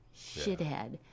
shithead